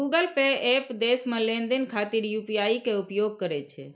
Google Pay app देश मे लेनदेन खातिर यू.पी.आई के उपयोग करै छै